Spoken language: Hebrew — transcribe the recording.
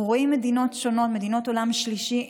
אנחנו רואים מדינות שונות, מדינות עולם שלישי,